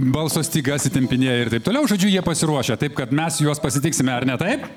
balso stygas įtempinėja ir taip toliau žodžiu jie pasiruošę taip kad mes juos pasitiksime ar ne taip